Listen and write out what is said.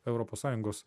europos sąjungos